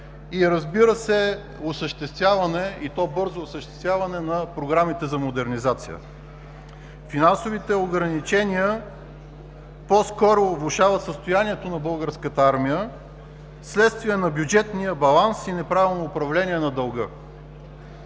на ново въоръжение, техника и бързо осъществяване на програмите за модернизация. Финансовите ограничения по-скоро влошават състоянието на Българската армия в следствие на бюджетния баланс и неправилно управление на дълга.